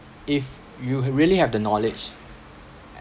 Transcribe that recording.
if you ha~ really have the knowledge